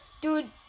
dude